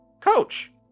Coach